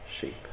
sheep